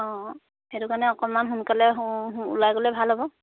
অঁ সেইটো কাৰণে অকণমান সোনকালে ওলাই গ'লে ভাল হ'ব